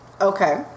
Okay